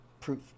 proof